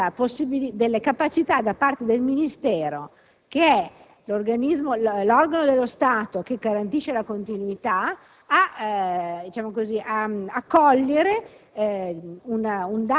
una verifica delle capacità del Ministero, l'organo dello Stato che garantisce la continuità, di cogliere